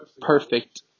perfect